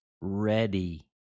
Ready